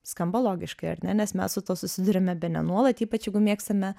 skamba logiškai ar ne nes mes su tuo susiduriame bene nuolat ypač jeigu mėgstame